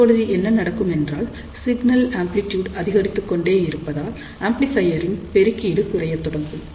இப்பொழுது என்ன நடக்கும் என்றால் சிக்னல் அம்ப்லிடூயூட் அதிகரித்துக்கொண்டே இருந்தால் ஆம்ப்ளிபையரின் பெருக்கீடு குறையத் தொடங்கும்